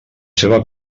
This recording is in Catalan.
seva